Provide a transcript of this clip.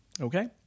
okay